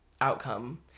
outcome